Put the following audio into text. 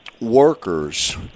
workers